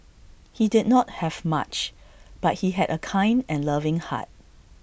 he did not have much but he had A kind and loving heart